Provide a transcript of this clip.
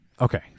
Okay